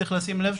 צריך לשים לב,